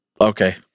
Okay